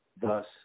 Thus